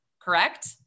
correct